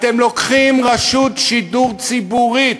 אתם לוקחים רשות שידור ציבורית,